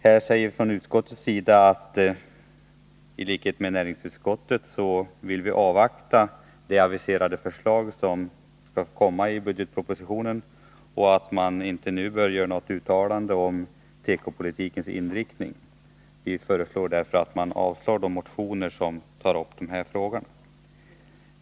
Försvarsutskottet vill i likhet med näringsutskottet avvakta det aviserade förslaget i budgetpropositionen och säger att man inte nu bör göra något uttalande om tekopolitikens inriktning. Vi föreslår därför att riksdagen avslår de motioner som tar upp den frågan.